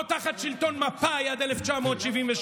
לא תחת שלטון מפא"י עד 1977,